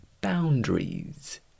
boundaries